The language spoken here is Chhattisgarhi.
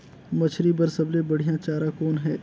मछरी बर सबले बढ़िया चारा कौन हे?